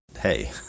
hey